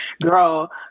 girl